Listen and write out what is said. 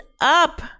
up